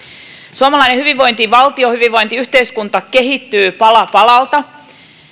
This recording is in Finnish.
suomalainen hyvinvointivaltio hyvinvointiyhteiskunta kehittyy pala palalta